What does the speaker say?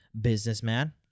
businessman